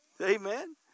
Amen